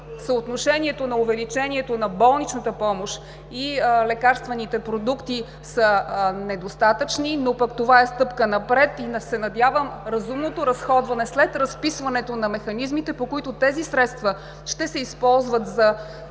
съотношението на увеличението на болничната помощ и лекарствените продукти са недостатъчни, но това е стъпка напред и се надявам разумното разходване след разписването на механизмите, по които тези средства ще се използват за